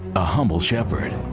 a humble shepherd.